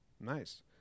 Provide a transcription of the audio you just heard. Nice